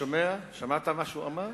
שמעת מה שהוא אמר?